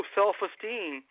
self-esteem